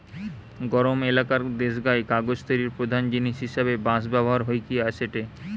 গরম এলাকার দেশগায় কাগজ তৈরির প্রধান জিনিস হিসাবে বাঁশ ব্যবহার হইকি আসেটে